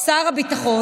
הוא שר,